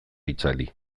itzali